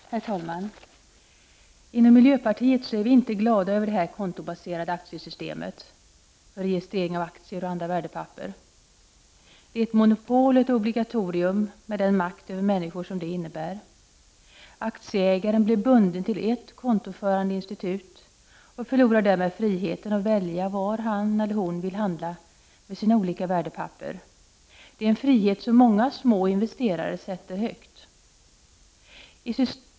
Herr talman! Inom miljöpartiet är vi inte glada över det här kontobaserade aktiesystemet för registrering av aktier och andra värdepapper. —- Det är ett monopol och ett obligatorium med den makt över människor som det innebär. —- Aktieägaren blir bunden till ett kontoförande institut och förlorar därmed friheten att välja var han eller hon vill handla med sina olika värdepapper. Det är en frihet som många små investerare sätter högt.